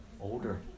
Older